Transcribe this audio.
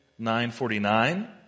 9.49